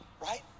right